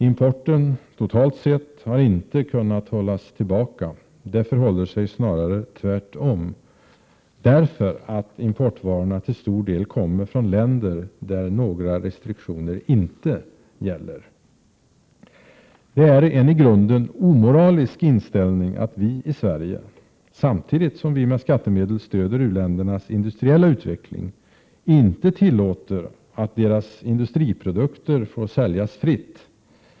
Importen totalt sett har inte kunnat hållas tillbaka. Det förhåller sig snarare tvärtom, därför att importvarorna till stor del kommer från länder där några restriktioner inte gäller. Det är en i grunden omoralisk inställning att vi i Sverige, samtidigt som vi med skattemedel stöder u-ländernas industriella utveckling, inte tillåter att deras industriprodukter får säljas fritt.